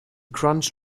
crunch